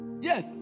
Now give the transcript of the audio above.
Yes